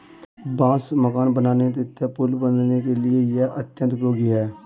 बांस मकान बनाने तथा पुल बाँधने के लिए यह अत्यंत उपयोगी है